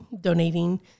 donating